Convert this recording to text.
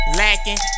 lacking